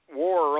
war